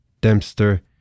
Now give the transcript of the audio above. Dempster